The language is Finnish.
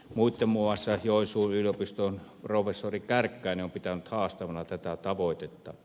muun muassa joensuun yliopiston professori kärkkäinen on pitänyt haastavana tätä tavoitetta